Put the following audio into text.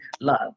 love